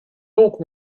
donc